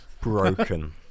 Broken